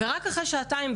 רק אחרי שעתיים,